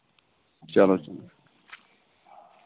چلو